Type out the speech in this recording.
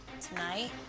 Tonight